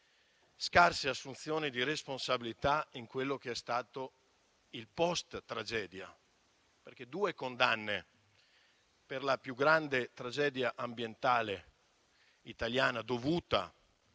scarse assunzioni di responsabilità in quello che è stato il *post* tragedia. Vi furono solo due condanne per la più grande tragedia ambientale italiana, dovuta